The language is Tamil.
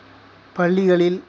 பள்ளிகளில்